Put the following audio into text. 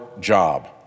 job